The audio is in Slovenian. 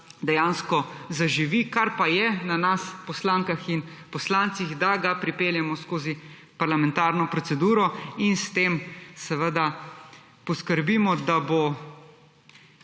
da zaživi, kar pa je na nas, poslankah in poslancih, da ga pripeljemo skozi parlamentarno proceduro in s tem seveda poskrbimo, da bo